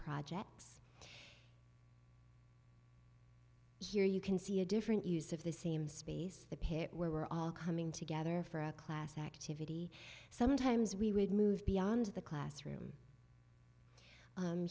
projects here you can see a different use of the same space the pit were all coming together for a class activity sometimes we would move beyond the classroom